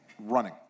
running